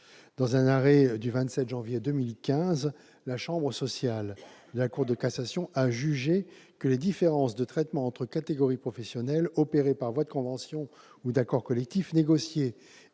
Dans un arrêt du 27 janvier 2015, la chambre sociale de la Cour de cassation a jugé que les différences de traitement entre catégories professionnelles opérées par voie de conventions ou d'accords collectifs, négociés